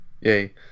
Yay